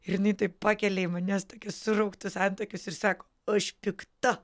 ir jinai taip pakelia į mane tokius surauktus antakius ir sako aš pikta